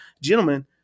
gentlemen